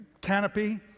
canopy